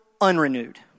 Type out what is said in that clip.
unrenewed